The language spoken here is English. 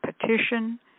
petition